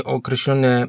określone